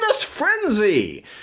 frenzy